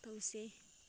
ꯇꯧꯁꯦ